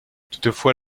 toutefois